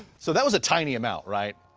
so that was a tiny amount, right?